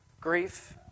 grief